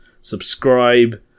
subscribe